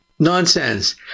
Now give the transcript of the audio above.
Nonsense